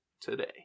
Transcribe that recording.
today